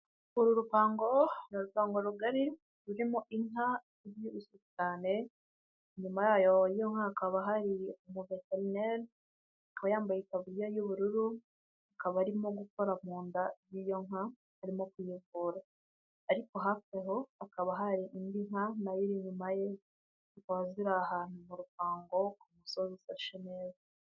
Uru rupango ni urupango rugari rurimo inka ibyibushye cyane, inyuma yayo yiyo nka hakaba hari umuveterineri akaba yambaye itaburiya y'ubururu, akaba arimo gukora mu nda y'iyo nka arimo kuyivura, ariko hafi aho hakaba hari indi nka nayo iri inyuma ye zikaba ziri ahantu mu rupango ku musozi ufashe neza.